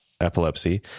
epilepsy